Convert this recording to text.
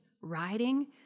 riding